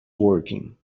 working